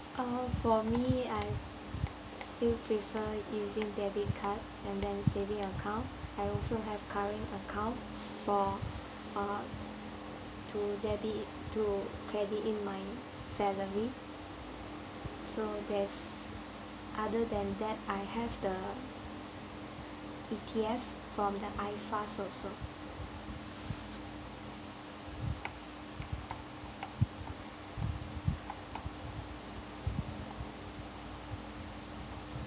uh for me I still prefer using debit card and then saving account I also have current account for uh to debit to credit in my salary so there's other than that I have the E_T_F from the ifast also